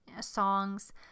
songs